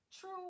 true